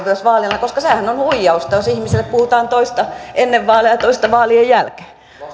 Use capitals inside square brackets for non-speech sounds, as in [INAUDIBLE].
[UNINTELLIGIBLE] myös koska sehän on huijausta jos ihmisille puhutaan toista ennen vaaleja ja toista vaalien jälkeen